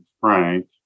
Frank